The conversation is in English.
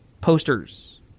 posters